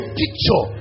picture